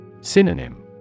Synonym